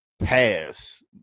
pass